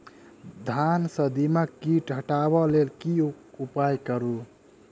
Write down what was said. धान सँ दीमक कीट हटाबै लेल केँ उपाय करु?